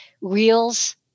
reels